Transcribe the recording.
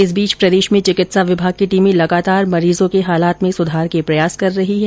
इस बीच प्रदेश में चिकित्सा विभाग की टीमें लगातार मरीजों के हालात में सुधार के प्रयास कर रही है